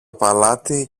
παλάτι